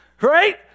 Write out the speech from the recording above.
right